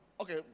okay